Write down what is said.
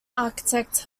architect